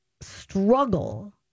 struggle